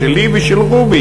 שלי ושל רובי,